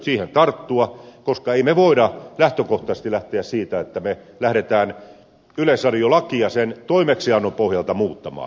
siihen olisi pitänyt tarttua koska emme me voi lähtökohtaisesti lähteä siitä että me lähdemme yleisradiolakia sen toimeksiannon pohjalta muuttamaan